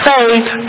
Faith